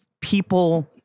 people